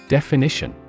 Definition